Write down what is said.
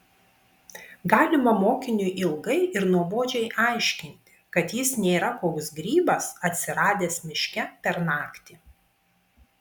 galima mokiniui ilgai ir nuobodžiai aiškinti kad jis nėra koks grybas atsiradęs miške per naktį